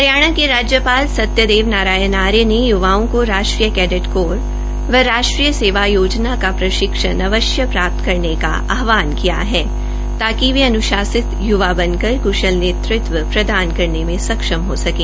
हरियाणा के राज्यपाल सत्यदेव नारायण आर्य ने यूवाओं को राष्ट्रीय कैडेट कोर व राष्ट्रीय सेवा योजना का प्रशिक्षण अवश्य प्राप्त् करने का आहवान किया है ताकि वे अनुशासित युवा कर कुल नेतृत्व प्रदान करने में सक्षम हो सकें